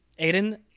Aiden